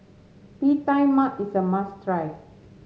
Bee Tai Mak is a must try